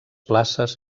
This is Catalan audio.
places